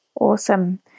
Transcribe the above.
Awesome